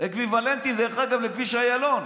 אקוויוולנטי לכביש איילון,